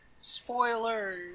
spoilers